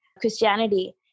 Christianity